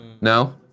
No